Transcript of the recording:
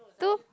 two